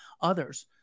others